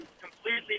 completely